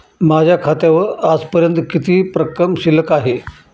माझ्या खात्यावर आजपर्यंत किती रक्कम शिल्लक आहे?